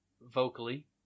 vocally